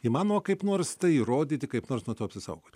įmanoma kaip nors tai įrodyti kaip nors nuo to apsisaugoti